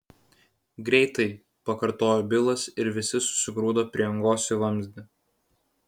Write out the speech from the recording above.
greitai pakartojo bilas ir visi susigrūdo prie angos į vamzdį